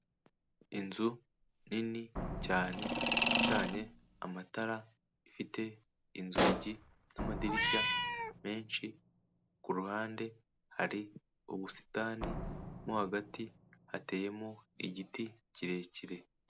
Inzu nini cyane icanye amatara, ifite inzugi n'amadirishya menshi, ku ruhande hari ubusitani, mo hagati hateyemo igiti kirekire.